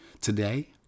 Today